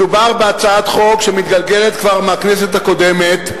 מדובר בהצעת חוק שמתגלגלת עוד מהכנסת הקודמת,